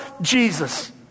Jesus